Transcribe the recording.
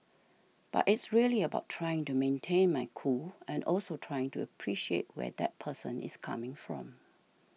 but it's really about trying to maintain my cool and also trying to appreciate where that person is coming from